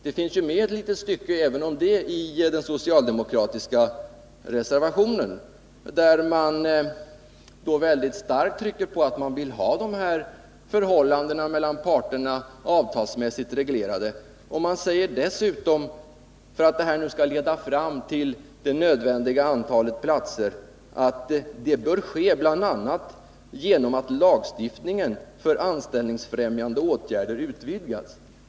Det finns med ett litet stycke även om det i den socialdemokratiska reservationen, där man mycket starkt trycker på att man vill ha de här förhållandena mellan parterna avtalsmässigt reglerade. Reservanterna säger dessutom att för att det här skall leda fram till det nödvändiga antalet platser bör det ske bl.a. genom att lagstiftningen för anställningsfrämjande åtgärder utvidgas.